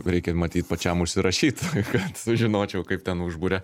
reikia matyt pačiam užsirašyt kad sužinočiau kaip ten užburia